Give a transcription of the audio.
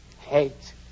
Hate